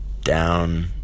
down